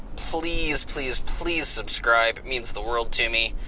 please please please subscribe it means the world to me.